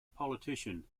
politician